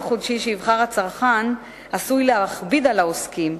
חופשי שיבחר הצרכן עשוי להכביד על העוסקים,